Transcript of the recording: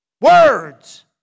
Words